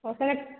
ହେଉ ତୁମେ